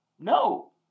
No